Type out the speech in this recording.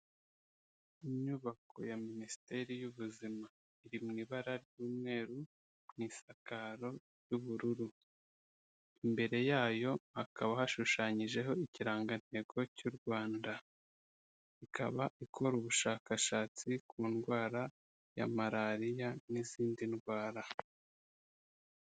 Inyubako ya Minisiteri y'Ubuzima iri mu ibara ry'umweru mu isakaro ry'ubururu, imbere yayo hakaba hashushanyijeho ikirangantego cy'u Rwanda, ikaba ikora ubushakashatsi ku ndwara ya malariya n'izindi ndwara.